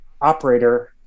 operator